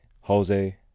Jose